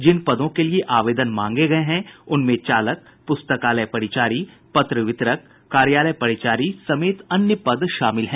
जिन पदों के लिये आवेदन मांगे गये हैं उनमें चालक प्रस्तकायल परिचारी पत्र वितरक कार्यालय परिचारी समेत अन्य पद शामिल हैं